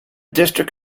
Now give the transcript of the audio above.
district